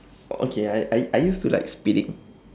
okay I I I used to like speeding